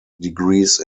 degrees